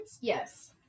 Yes